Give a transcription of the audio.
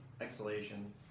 exhalation